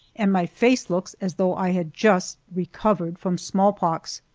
and my face looks as though i had just recovered from smallpox.